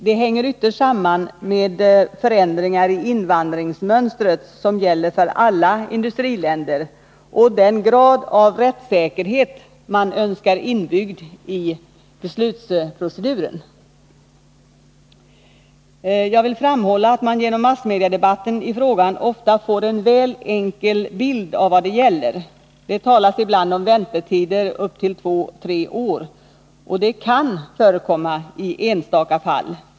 Det hänger ytterst samman med de förändringar i invandringsmönstret som gäller för alla industriländer och den grad av rättssäkerhet mån önskar inbyggd i proceduren. Jag vill framhålla att man genom massmediedebatten i frågan ofta får en väl enkel bild av vad det gäller. Det talas ibland om väntetider upp till 2-3 år, och det kan förekomma i enstaka fall.